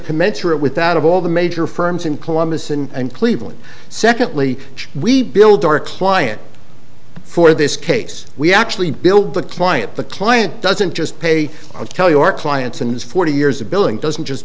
commensurate with that of all the major firms in columbus and cleveland secondly we build our client for this case we actually build the client the client doesn't just pay a tell your clients and has forty years of billing doesn't just